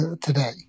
today